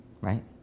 right